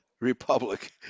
republic